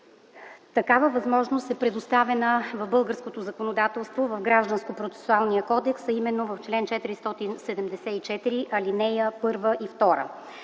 такава възможност се предоставя в българското законодателство в Гражданския процесуален кодекс, а именно в чл. 474, ал. 1 и 2.